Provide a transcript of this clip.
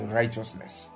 righteousness